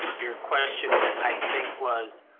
your question i think was,